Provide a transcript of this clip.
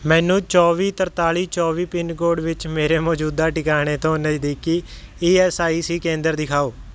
ਮੈਨੂੰ ਚੌਵੀ ਤਰਤਾਲੀ ਚੌਵੀ ਪਿੰਨ ਕੋਡ ਵਿੱਚ ਮੇਰੇ ਮੌਜੂਦਾ ਟਿਕਾਣੇ ਤੋਂ ਨਜ਼ਦੀਕੀ ਈ ਐਸ ਆਈ ਸੀ ਕੇਂਦਰ ਦਿਖਾਓ